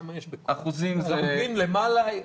אחוזים למעלה.